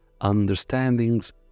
understandings